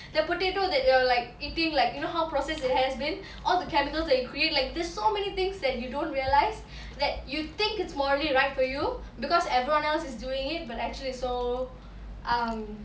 the potato that you are like eating like you know how processed they has been all the chemicals they create like there's so many things that you don't realise that you think it's morally right for you because everyone else is doing it but actually it's so um